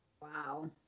Wow